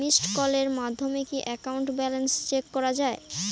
Missed কলের মাধ্যমে কি একাউন্ট ব্যালেন্স চেক করা যায়?